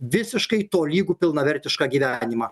visiškai tolygų pilnavertišką gyvenimą